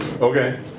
Okay